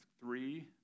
three